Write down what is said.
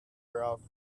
grout